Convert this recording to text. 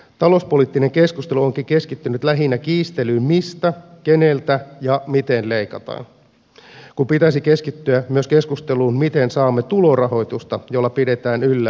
talouspoliittinen keskustelu onkin keskittynyt lähinnä kiistelyyn mistä keneltä ja miten leikataan kun pitäisi keskittyä myös keskusteluun miten saamme tulorahoitusta jolla pidetään yllä hyvinvointiyhteiskuntaamme